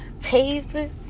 papers